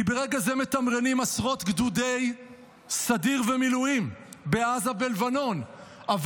כי ברגע זה מתמרנים עשרות גדודי סדיר ומילואים בעזה ובלבנון,